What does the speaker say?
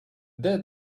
dead